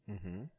mmhmm